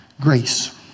grace